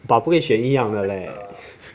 爸不可以选一样的嘞